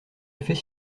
effet